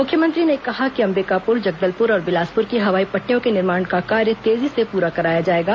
मुख्यमंत्री ने कहा कि अम्बिकापुर जगदलपुर और बिलासपुर की हवाई पट्टियों के निर्माण का कार्य तेजी से पूरा कराया जाएगा